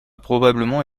probablement